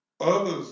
other's